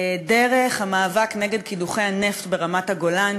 דרך המאבק נגד קידוחי הנפט ברמת-הגולן,